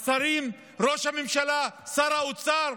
השרים, ראש הממשלה, שר האוצר,